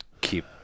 keep